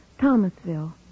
Thomasville